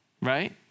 right